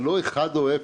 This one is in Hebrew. זה לא אחד או אפס.